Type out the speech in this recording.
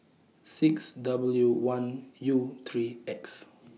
six W one U three X